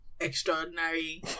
Extraordinary